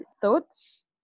thoughts